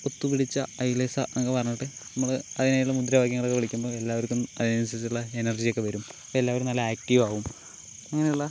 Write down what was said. ഒത്ത് പിടിച്ചാൽ ഐലേസാ എന്നൊക്കെ പറഞ്ഞിട്ട് നമ്മള് അതിനായിട്ട് ഉള്ള മുദ്രാവാക്യങ്ങളൊക്കെ വിളിക്കുമ്പോൾ എല്ലാവർക്കും അതിനനുസരിച്ചുള്ള എനർജിയൊക്കെ വരും എല്ലാവരും നല്ല ആക്റ്റീവാകും അങ്ങനെയുള്ള